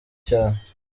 cyane